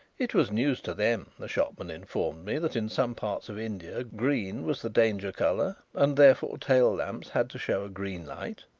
it was news to them, the shopman informed me, that in some parts of india green was the danger colour and therefore tail lamps had to show a green light.